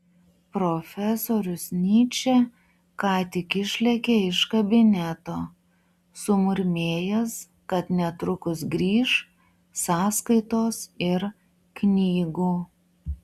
profesorius nyčė ką tik išlėkė iš kabineto sumurmėjęs kad netrukus grįš sąskaitos ir knygų